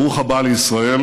ברוך הבא לישראל,